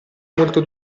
molto